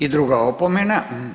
I druga opomena.